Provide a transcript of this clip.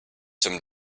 zum